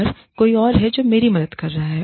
और कोई और है जो मेरी मदद कर रहा है